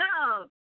Love